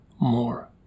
more